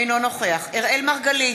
אינו נוכח אראל מרגלית,